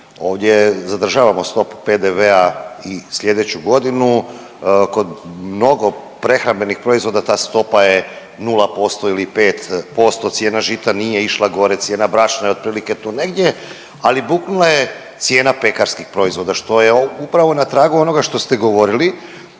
Ovdje zadržavamo stopu PDV-a i sljedeću godinu kod mnogo prehrambenih proizvoda ta stopa je 0% ili 5%, cijena žita nije išla gore, cijena brašna je otprilike tu negdje, ali buknula je cijena pekarskih proizvoda što je upravo na tragu onoga što ste govorili